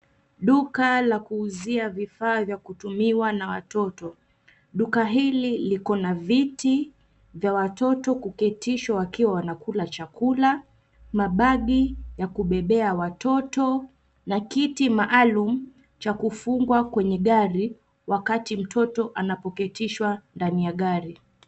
Duka la kuuzia vifaa vya kutumiwa na watoto, duka hili liko na viti vya watoto kuketishwa wakiwa wanakula chakula, mabagi ya kubebea watoto na kiti maalum cha kufungwa kwenye gari wakati mtoto anapoketishwa ndani ya gari.